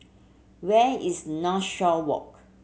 where is Northshore Walk